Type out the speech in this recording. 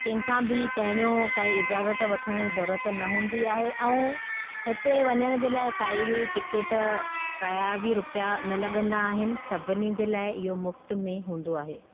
कंहिं खां बि पहिरियो काई इजाज़त वठण ई ज़रूरत न हूंदी आहे ऐं हिते वञण जे लाइ काई बि टिकेट कया बि रुपया न लॻंदा आहिनि सभिनी जे लाइ इहो मुफ़्त में हूंदो आहे